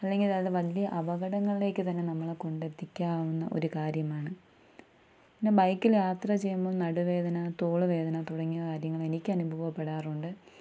അല്ലെങ്കിൽ അത് വലിയ അപകടങ്ങളിലേക്ക് തന്നെ നമ്മളെ കൊണ്ടെത്തിക്കാവുന്ന ഒരു കാര്യമാണ് പിന്നെ ബൈക്കിൽ യാത്ര ചെയ്യുമ്പോൾ നടുവേദന തോള് വേദന തുടങ്ങിയ കാര്യങ്ങൾ എനിക്ക് അനുഭവപ്പെടാറുണ്ട്